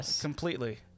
Completely